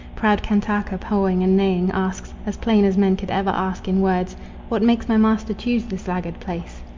proud kantaka, pawing and neighing, asks as plain as men could ever ask in, words what makes my master choose this laggard pace?